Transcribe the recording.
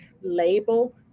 label